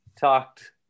talked